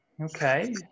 Okay